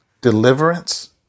Deliverance